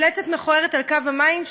מפלצת מכוערת על קו המים,